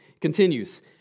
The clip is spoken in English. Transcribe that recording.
continues